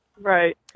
Right